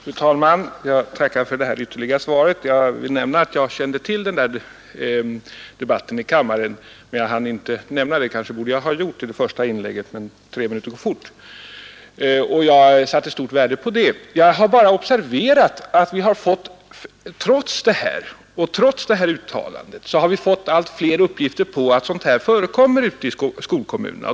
Fru talman! Jag tackar för det ytterligare svaret. Jag satte stort värde på det. Jag kände till den debatt i kammaren som utbildningsministern åberopade, men jag hann inte nämna det. Jag har observerat att vi trots detta uttalande har fått allt fler uppgifter om att sådant här förekommer i skolkommunerna.